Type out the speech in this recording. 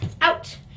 Out